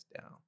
down